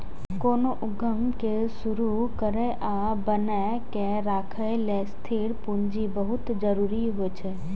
कोनो उद्यम कें शुरू करै आ बनाए के राखै लेल स्थिर पूंजी बहुत जरूरी होइ छै